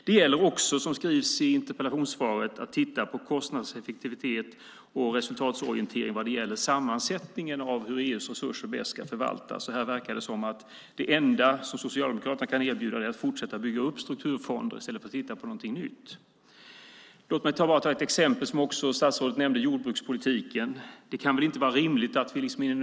Det gäller också, som skrivs i interpellationssvaret, att titta på kostnadseffektivitet och resultatorientering vad gäller sammansättningen av EU:s resurser och hur de bäst ska förvaltas. Här verkar det som att det enda Socialdemokraterna kan erbjuda är att fortsätta att bygga upp strukturfonder i stället för att titta på någonting nytt. Låt mig bara ta jordbrukspolitiken som ett exempel, som också statsrådet nämnde.